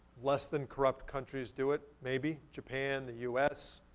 less than corrupt countries do it? maybe. japan, the us,